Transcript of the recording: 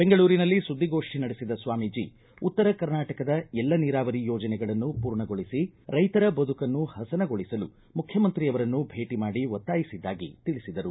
ಬೆಂಗಳೂರಿನಲ್ಲಿ ಸುದ್ದಿಗೋಷ್ಠಿ ನಡೆಸಿದ ಸ್ವಾಮೀಜಿ ಉತ್ತರ ಕರ್ನಾಟಕದ ಎಲ್ಲ ನೀರಾವರಿ ಯೋಜನೆಗಳನ್ನು ಪೂರ್ಣಗೊಳಿಸಿ ರೈತರ ಬದುಕನ್ನು ಹಸನಗೊಳಿಸಲು ಮುಖ್ಯಮಂತ್ರಿಯರನ್ನು ಭೇಟ ಮಾಡಿ ಒತ್ತಾಯಿಸಿದ್ದಾಗಿ ತಿಳಿಸಿದರು